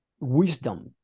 wisdom